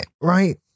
Right